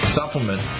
supplement